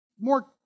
more